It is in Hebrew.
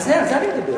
על זה, על זה אני מדבר.